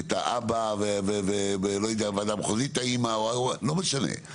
את האבא ובוועדה המחוזית את האמא, לא משנה.